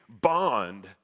bond